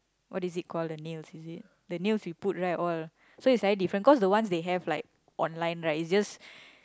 what is it called the nails is it the nails you put right all so it's slightly different cause the ones they have like online right is just